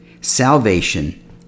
Salvation